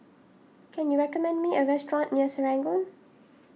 can you recommend me a restaurant near Serangoon